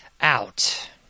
out